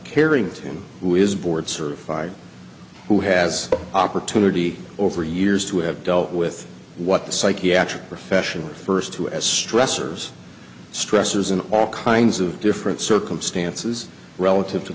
carrington who is board certified who has opportunity over the years to have dealt with what the psychiatric profession refers to as stressors stressors in all kinds of different circumstances relative to